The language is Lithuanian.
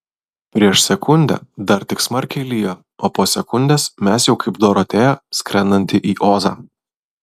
prieš sekundę dar tik smarkiai lijo o po sekundės mes jau kaip dorotėja skrendanti į ozą